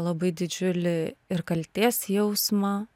labai didžiulį ir kaltės jausmą